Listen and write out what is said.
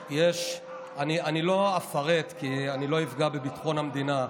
אני לא אפרט, כי אני לא אפגע בביטחון המדינה,